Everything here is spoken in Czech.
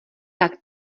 tak